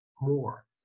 more